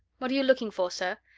what are you looking for, sir?